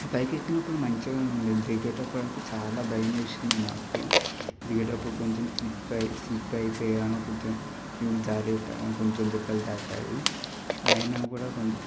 పైకి ఎక్కినప్పుడు మంచిగానే ఉంది దిగేటప్పుడు అయితే చాలా భయం వేసింది నాకు దిగేటప్పుడు కొంచెం స్లిప్ అయి స్లిప్ అయిపోయాను కొంచెం క్రిందికి జారిపోయాను కొంచెం దెబ్బలు తాకాయి అయినా కూడా కొంచెం